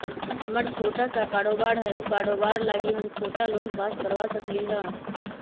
हमर छोटा सा कारोबार है उ कारोबार लागी हम छोटा लोन पास करवा सकली ह?